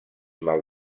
mal